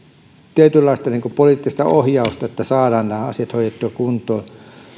tietynlaista poliittista ohjausta että saadaan nämä asiat hoidettua kuntoon